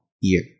year